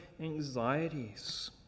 anxieties